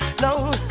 No